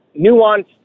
nuanced